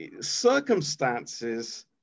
circumstances